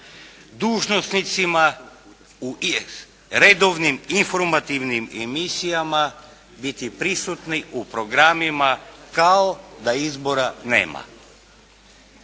dužnosnicima u redovnim informativnim emisijama biti prisutni u programima kao da izbora nema.